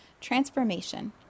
transformation